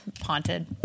Haunted